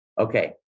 okay